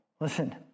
Listen